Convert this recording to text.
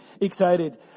excited